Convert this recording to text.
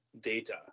data